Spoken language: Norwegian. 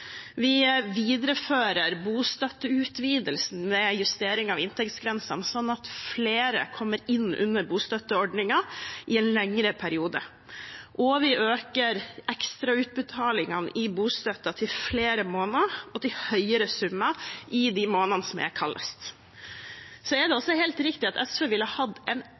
Vi viderefører bostøtteutvidelsen med justeringer av inntektsgrensene, sånn at flere kommer inn under bostøtteordningen i en lengre periode, og vi øker ekstrautbetalingene i bostøtten til flere måneder og til høyere summer i de månedene som er kaldest. Det er også helt riktig at SV ville hatt en